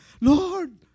Lord